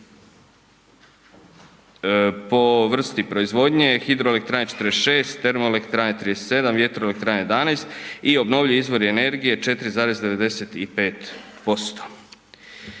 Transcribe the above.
po vrsti proizvodnje, hidroelektrane 46, termoelektrane 37, vjetroelektrane 11 i obnovljivi izvorni energije 4,95%.